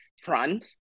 front